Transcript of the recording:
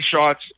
shots